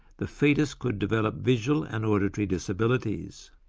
the foetus could develop visual and auditory disabilities.